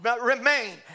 remain